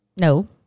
No